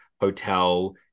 hotel